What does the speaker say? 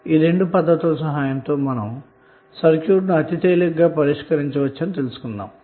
ఈ రెండు పద్ధతుల సహాయంతో మనం సర్క్యూట్ను చాలా తేలికగా పరిష్కరించవచ్చని తెలుసుకున్నాము